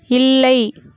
இல்லை